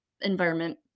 environment